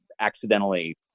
accidentally